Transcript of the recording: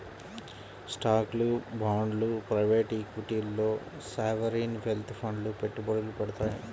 స్టాక్లు, బాండ్లు ప్రైవేట్ ఈక్విటీల్లో సావరీన్ వెల్త్ ఫండ్లు పెట్టుబడులు పెడతాయి